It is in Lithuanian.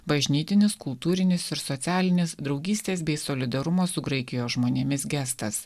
bažnytinis kultūrinis ir socialinis draugystės bei solidarumo su graikijos žmonėmis gestas